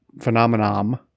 phenomenon